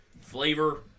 Flavor